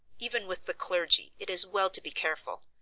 even with the clergy it is well to be careful.